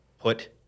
put